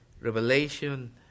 Revelation